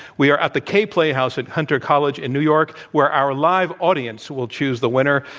we are at the kaye playhouse at hunter college in new york, where our live audience will choose the winner.